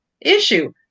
issue